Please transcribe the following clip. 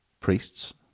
priests